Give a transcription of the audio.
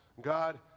God